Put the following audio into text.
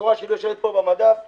הסחורה שלי שיושבת פה במדף במודיעין,